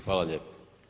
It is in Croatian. Hvala lijepo.